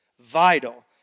vital